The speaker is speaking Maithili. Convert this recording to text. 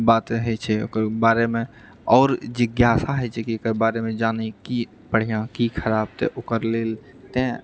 बात होइत छै ओकर बारेमे आओर जिज्ञासा होइत छै कि एकर बारेमे जानए की बढ़िआँ की खराब तऽ ओकर लेल तैंँ